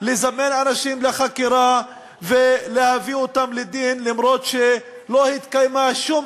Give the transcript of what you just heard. לזמן אנשים לחקירה ולהביא אותם לדין למרות שלא התקיימה שום